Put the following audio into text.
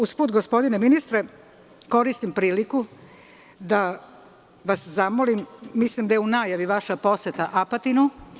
Usput, gospodine ministre, koristim priliku da vas zamolim, mislim da je u najavi vaša poseta Apatinu.